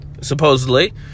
supposedly